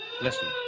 Listen